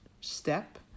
step